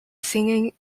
singing